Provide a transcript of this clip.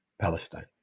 Palestine